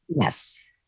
Yes